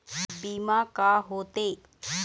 बीमा का होते?